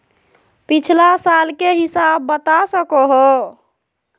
पिछला साल के हिसाब बता सको हो?